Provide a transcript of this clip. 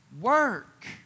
work